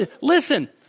listen